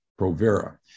provera